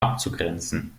abzugrenzen